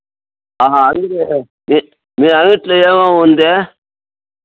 అంగడి మీ మీ అంగడిలో ఏమేమి ఉంది